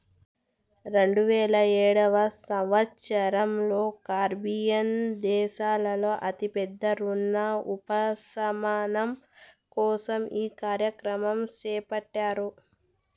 రెండువేల ఏడవ సంవచ్చరంలో కరేబియన్ దేశాల్లో అతి పెద్ద రుణ ఉపశమనం కోసం ఈ కార్యక్రమం చేపట్టారు